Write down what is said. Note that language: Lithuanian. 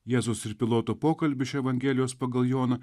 jėzus ir piloto pokalbį iš evangelijos pagal joną